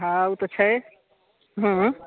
हँ उ तऽ छै हूँ